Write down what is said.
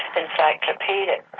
encyclopedic